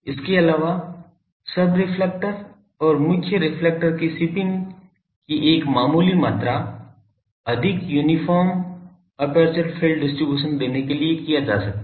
इसके अलावा सब रेफ्लेक्टर् और मुख्य रेफ्लेक्टर् की शिपिंग की एक मामूली मात्रा अधिक यूनिफार्म अपर्चर फील्ड डिस्ट्रीब्यूशन देने के लिए किया जा सकता है